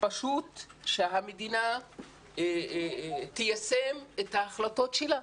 פשוט שהמדינה תיישם את ההחלטות שלה.